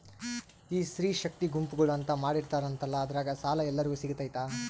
ಈ ಸ್ತ್ರೇ ಶಕ್ತಿ ಗುಂಪುಗಳು ಅಂತ ಮಾಡಿರ್ತಾರಂತಲ ಅದ್ರಾಗ ಸಾಲ ಎಲ್ಲರಿಗೂ ಸಿಗತೈತಾ?